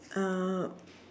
uh